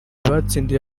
batsindiye